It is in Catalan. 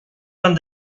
van